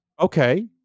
Okay